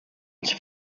els